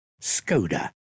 Skoda